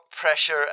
pressure